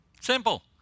Simple